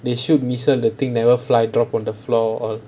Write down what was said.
they shoot missile the thing never fly drop on the floor or